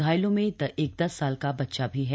घायलों में एक दस साल का बच्चा भी है